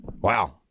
Wow